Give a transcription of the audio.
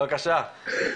בבקשה.